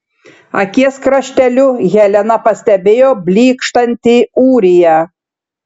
akies krašteliu helena pastebėjo blykštantį ūriją